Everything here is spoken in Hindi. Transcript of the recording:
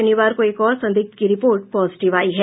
शनिवार को एक और संदिग्ध की रिपोर्ट पॉजिटिव आयी है